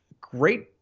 great